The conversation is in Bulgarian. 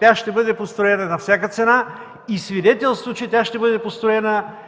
Тя ще бъде построена на всяка цена и свидетелство, че ще бъде построена